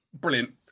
brilliant